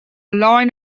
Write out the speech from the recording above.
line